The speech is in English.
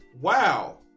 wow